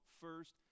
first